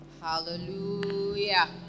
Hallelujah